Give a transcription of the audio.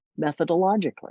methodologically